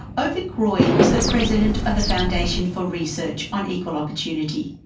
avik roy is the president of the foundation for research on equal opportunity,